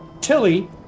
Tilly